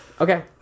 Okay